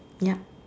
yup